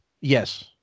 Yes